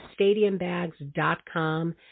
stadiumbags.com